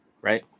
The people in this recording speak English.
right